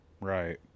Right